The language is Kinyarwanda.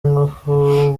ingufu